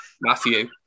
Matthew